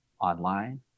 online